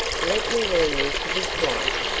let me warn you to be quiet.